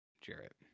Jarrett